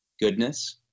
goodness